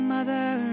Mother